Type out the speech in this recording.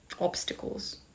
obstacles